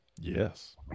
Yes